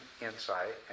insight